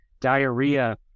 diarrhea